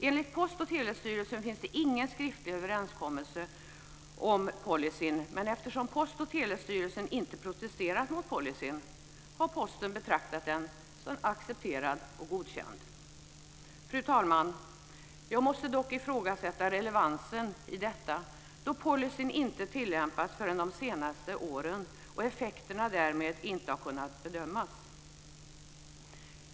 Enligt Post och telestyrelsen finns det ingen skriftlig överenskommelse om policyn, men eftersom Post och telestyrelsen inte protesterat mot policyn har Posten betraktat den som accepterad och godkänd. Fru talman! Jag måste dock ifrågasätta relevansen i detta, då policyn inte tillämpats förrän de senaste åren och effekterna därmed inte har kunnat bedömas.